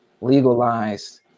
legalized